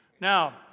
Now